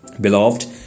Beloved